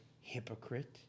hypocrite